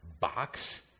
box